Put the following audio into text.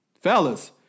Fellas